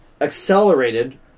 accelerated